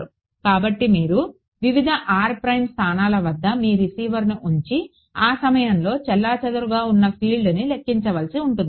కాబట్టి మీరు వివిధ స్థానాల వద్ద మీ రిసీవర్ని ఉంచి ఆ సమయంలో చెల్లాచెదురుగా ఉన్న ఫీల్డ్ని లెక్కించవలసి ఉంటుంది